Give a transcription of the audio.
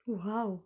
!wow!